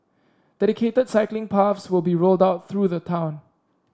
dedicated cycling paths will be rolled out through the town